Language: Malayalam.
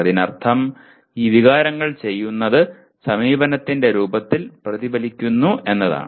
അതിനർത്ഥം ഈ വികാരങ്ങൾ ചെയ്യുന്നത് സമീപനത്തിന്റെ രൂപത്തിൽ പ്രതിഫലിപ്പിക്കുന്നു എന്നതാണ്